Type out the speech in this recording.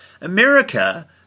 America